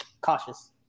cautious